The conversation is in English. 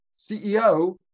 CEO